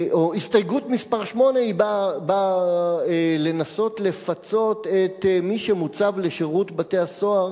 הסתייגות מס' 8 באה לנסות לפצות את מי שמוצב לשירות בתי-הסוהר